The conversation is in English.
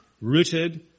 rooted